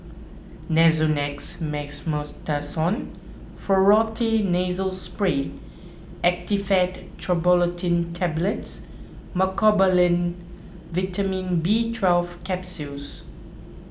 Nasonex Mometasone Furoate Nasal Spray Actifed Triprolidine Tablets Mecobalamin Vitamin B Twelve Capsules